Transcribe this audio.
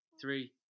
three